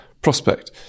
prospect